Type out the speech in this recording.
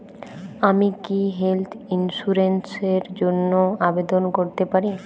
আমি কি health insurance র জন্য আবেদন করতে পারি?